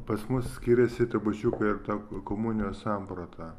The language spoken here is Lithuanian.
pas mus skiriasi trupučiuką ir ta komunijos samprata